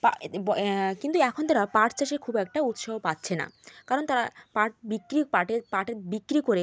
পা কিন্তু এখন তারা পাট চাষে খুব একটা উৎসাহ পাচ্ছে না কারণ তারা পাট বিক্রি পাটে পাট বিক্রি করে